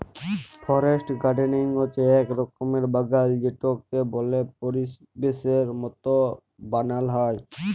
forest gardening হচ্যে এক রকমের বাগাল যেটাকে বল্য পরিবেশের মত বানাল হ্যয়